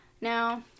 Now